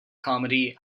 comedy